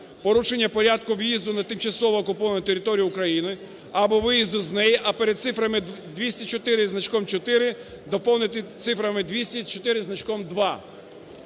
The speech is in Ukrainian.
"порушення порядку в'їзду на тимчасово окуповану територію України або виїзду з неї", а перед цифрами 204 із значком 4 доповнити цифрами 204 із значком 2.